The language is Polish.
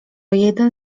jeden